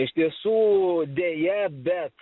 iš tiesų deja bet